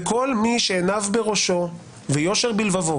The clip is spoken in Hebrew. אני מציע שכל מי שעיניו בראשו ויושר בלבבו